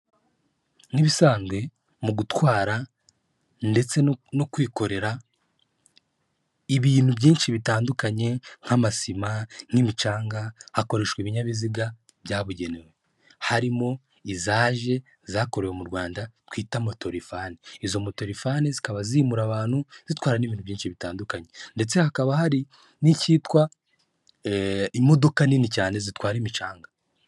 Nk'ibisanzwe mu gutwara ndetse no kwikorera, ibintu byinshi bitandukanye nk'amasima, nk'imicanga hakoreshwa ibinyabiziga byabugenewe, harimo izaje zakorewe mu Rwanda twita moto Rifani izo moto Rifani zikaba zimura abantu zitwara n'ibintu byinshi bitandukanye, ndetse hakaba hari n'ikitwa imodoka nini cyane zitwara imicanga.